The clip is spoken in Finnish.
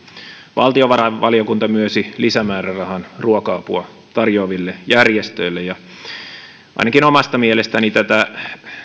valtiovarainvaliokunta myönsi lisämäärärahan ruoka apua tarjoaville järjestöille ainakin omasta mielestäni tätä